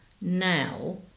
now